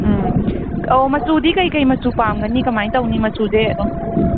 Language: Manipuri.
ꯎꯝ ꯑꯧ ꯃꯆꯨꯗꯤ ꯀꯩꯀꯩ ꯃꯆꯨ ꯄꯥꯝꯒꯅꯤ ꯀꯃꯥꯏ ꯇꯧꯅꯤ ꯃꯆꯨꯖꯦ ꯑꯗꯨꯝ